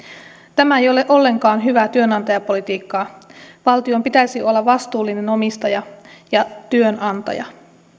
tämä ei ole ollenkaan hyvää työnantajapolitiikkaa valtion pitäisi olla vastuullinen omistaja ja työnantaja